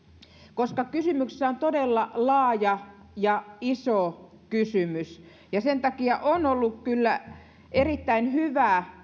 koska kysymyksessä on todella laaja ja iso kysymys sen takia on ollut kyllä erittäin hyvä